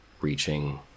reaching